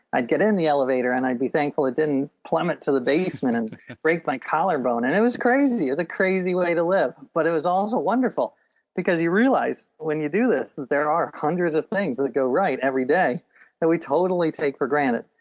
get in the elevator and i'd be thankful it didn't plummet to the basement and break my collarbone. and it was crazy, it was a crazy way to live but it was also wonderful because you realize when you do this there are hundreds of things that go right everyday that we totally take for granted.